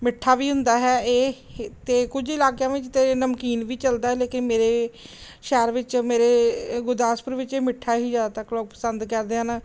ਮਿੱਠਾ ਵੀ ਹੁੰਦਾ ਹੈ ਇਹ ਅਤੇ ਕੁਝ ਇਲਾਕਿਆਂ ਵਿੱਚ ਤਾਂ ਨਮਕੀਨ ਵੀ ਚਲਦਾ ਲੇਕਿਨ ਮੇਰੇ ਸ਼ਹਿਰ ਵਿੱਚ ਮੇਰੇ ਗੁਰਦਾਸਪੁਰ ਵਿੱਚ ਇਹ ਮਿੱਠਾ ਹੀ ਜ਼ਿਆਦਾਤਰ ਲੋਕ ਪਸੰਦ ਕਰਦੇ ਹਨ